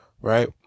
Right